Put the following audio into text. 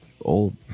old